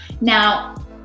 Now